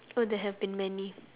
oh there have been many